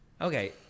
Okay